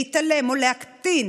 להתעלם או להקטין,